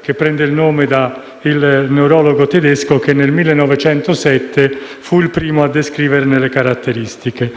che prende il nome dal neurologo tedesco, che nel 1907 fu il primo a descriverne le caratteristiche.